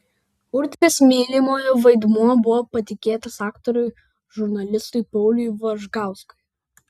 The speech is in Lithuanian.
urtės mylimojo vaidmuo buvo patikėtas aktoriui žurnalistui pauliui važgauskui